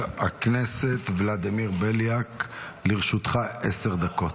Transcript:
חבר הכנסת ולדימיר בליאק, לרשותך עשר דקות.